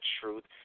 truth